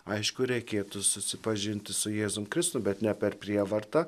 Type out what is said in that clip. aišku reikėtų susipažinti su jėzumi kristumi bet ne per prievartą